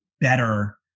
better